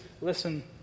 listen